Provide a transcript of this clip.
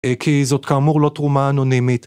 כי זאת כאמור לא תרומה אנונימית.